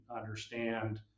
understand